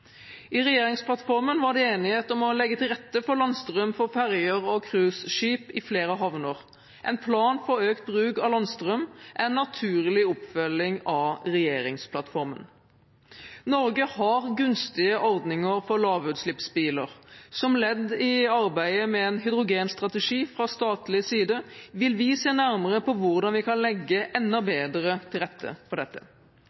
I regjeringsplattformen var det enighet om å legge til rette for landstrøm for ferjer og cruiseskip i flere havner. En plan for økt bruk av landstrøm er en naturlig oppfølging av regjeringsplattformen. Norge har gunstige ordninger for lavutslippsbiler. Som ledd i arbeidet med en hydrogenstrategi fra statlig side vil vi se nærmere på hvordan vi kan legge enda bedre til rette for dette.